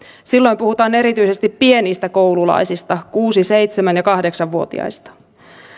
silloin puhutaan erityisesti pienistä koululaisista kuusi seitsemän ja kahdeksan vuotiaista